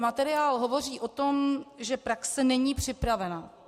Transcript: Materiál hovoří o tom, že praxe není připravena.